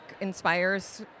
inspires